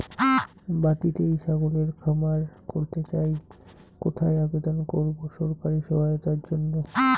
বাতিতেই ছাগলের খামার করতে চাই কোথায় আবেদন করব সরকারি সহায়তার জন্য?